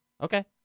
Okay